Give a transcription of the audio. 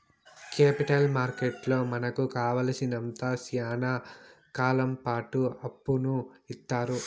capital మార్కెట్లో మనకు కావాలసినంత శ్యానా కాలంపాటు అప్పును ఇత్తారు